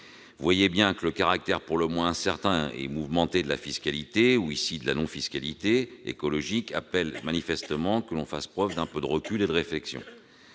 Vous voyez bien que le caractère pour le moins incertain et mouvementé de la fiscalité ou, ici, de la non-fiscalité écologique exige manifestement que l'on fasse preuve d'un peu de recul et de réflexion.